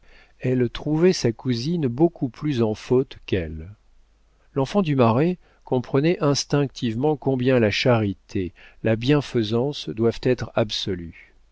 elle trouvait sa cousine beaucoup plus en faute qu'elle l'enfant du marais comprenait instinctivement combien la charité la bienfaisance doivent être absolues